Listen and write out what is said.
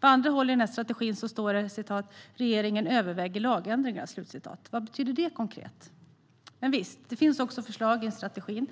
På annat håll i strategin står att "regeringen överväger lagändringar". Vad betyder det konkret? Visst finns det bra förslag i strategin,